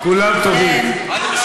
אין תחרות.